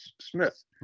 Smith